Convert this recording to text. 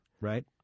right